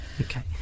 okay